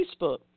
Facebook